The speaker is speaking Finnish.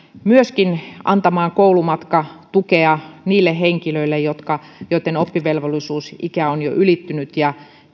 antamaan koulumatkatukea myöskin niille henkilöille joitten oppivelvollisuusikä on jo ylittynyt ja